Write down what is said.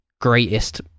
greatest